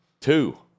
Two